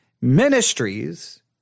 ministries